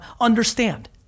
understand